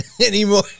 anymore